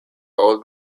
old